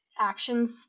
actions